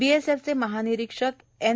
बी S एफचे महानिरीक्षक N